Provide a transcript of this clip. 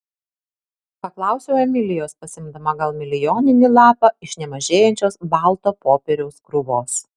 paklausiau emilijos pasiimdama gal milijoninį lapą iš nemažėjančios balto popieriaus krūvos